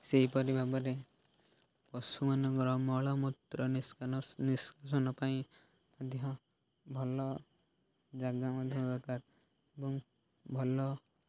ସେହିପରି ଭାବରେ ପଶୁମାନଙ୍କର ମଳମୂତ୍ର ନିଷ୍କାସନ ପାଇଁ ମଧ୍ୟ ଭଲ ଜାଗା ମଧ୍ୟ ଦରକାର ଏବଂ ଭଲ